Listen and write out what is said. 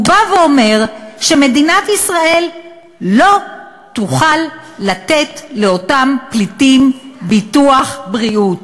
הוא בא ואומר שמדינת ישראל לא תוכל לתת לאותם פליטים ביטוח בריאות.